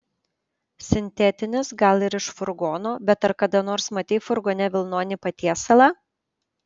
sintetinis gal ir iš furgono bet ar kada nors matei furgone vilnonį patiesalą